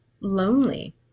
lonely